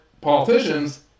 politicians